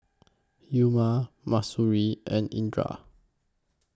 Umar Mahsuri and Indra